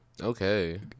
okay